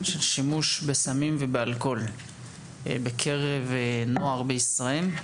של שימוש בסמים ואלכוהול בקרב נוער בישראל.